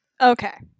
Okay